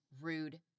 rude